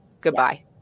Goodbye